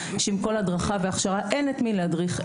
שעם כל ההדרכה וההכשרה אין את מי להדריך,